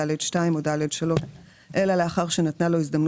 רשות העתיקות